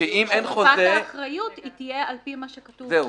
שתקופת האחריות תהיה לפי מה שכתוב בתוספת.